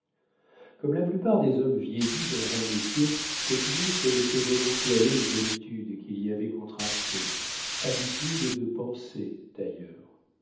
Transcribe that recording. comme la plupart des hommes vieillis dans un métier popinot se laissait volontiers aller aux habitudes qu'il y avait contractées habitudes de pensée d'ailleurs